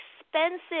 expensive